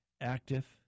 active